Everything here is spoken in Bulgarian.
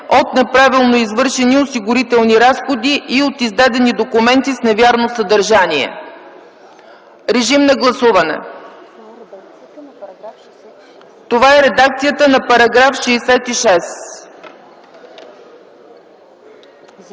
от неправилно извършени осигурителни разходи и от издадени документи с невярно съдържание”. Режим на гласуване – това е редакцията на § 66.